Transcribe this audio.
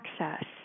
access